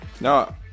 no